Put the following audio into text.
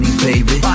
baby